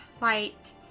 light